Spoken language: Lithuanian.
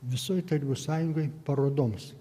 visoj tarybų sąjungoj parodoms